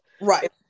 right